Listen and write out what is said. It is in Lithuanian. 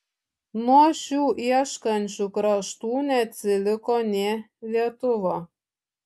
nuo šių ieškančių kraštų neatsiliko nė lietuva